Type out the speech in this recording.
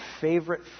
favorite